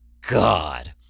god